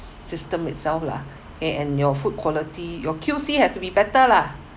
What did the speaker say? system itself lah okay and your food quality your Q_C has to be better lah